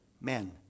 men